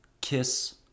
KISS